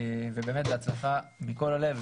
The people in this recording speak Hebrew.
בהצלחה מכל הלב,